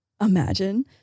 Imagine